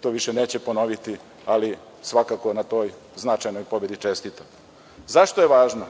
to više neće ponoviti, ali svakako na toj značajnoj pobedi čestitam.Zašto je važno